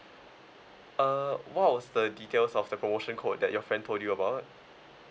err what was the details of the promotion code that your friend told you about